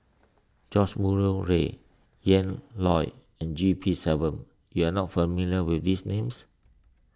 George Murray Reith Ian Loy and G P Selvam you are not familiar with these names